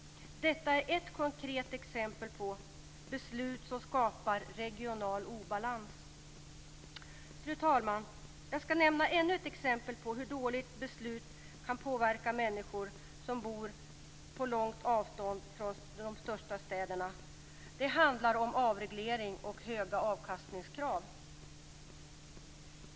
Detta är ett konkret exempel på beslut som skapar regional obalans. Fru talman! Jag skall nämna ännu ett exempel på hur dåliga beslut kan påverka människor som bor på långt avstånd från de största städerna. Det handlar om avreglering och höga avkastningskrav.